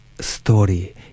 story